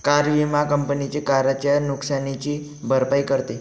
car विमा company कारच्या नुकसानीची भरपाई करते